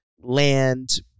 land